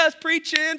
preaching